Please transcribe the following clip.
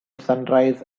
sunrise